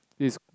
is